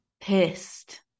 Pissed